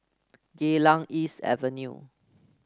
Geylang East Avenue